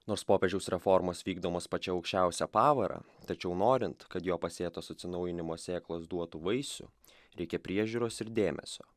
nors popiežiaus reformos vykdomos pačia aukščiausia pavara tačiau norint kad jo pasėtos atsinaujinimo sėklos duotų vaisių reikia priežiūros ir dėmesio